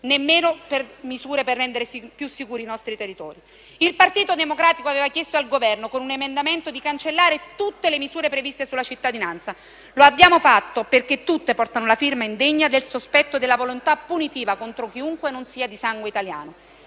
nemmeno per misure volte a rendere più sicuri i nostri territori. Il Partito Democratico aveva chiesto al Governo, con un emendamento, di cancellare tutte le misure previste sulla cittadinanza; lo abbiamo fatto perché tutte portano la firma indegna del sospetto della volontà punitiva contro chiunque non sia di sangue italiano.